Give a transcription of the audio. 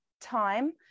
time